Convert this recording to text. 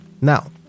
Now